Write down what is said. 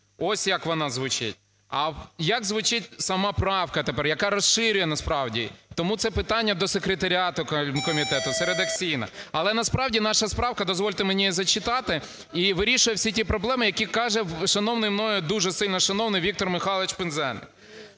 Ось як вона звучить. А як звучить сама правка тепер, яка розширює насправді? Тому це питання до секретаріату комітету, це редакційно. Але насправді наша правка, дозвольте мені зачитати, і вирішує всі ті проблеми, які каже шановний мною, дуже сильне шановний Віктор Михайлович Пинзеник.